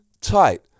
tight